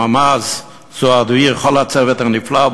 את הממ"ז וכל הצוות הנפלא,